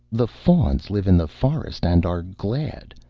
the fauns live in the forest and are glad,